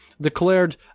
declared